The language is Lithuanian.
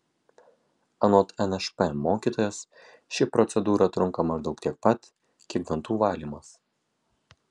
anot nšp mokytojos ši procedūra trunka maždaug tiek pat kiek dantų valymas